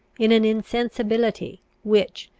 in an insensibility, which,